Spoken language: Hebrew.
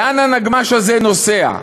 לאן הנגמ"ש הזה נוסע?